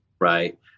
right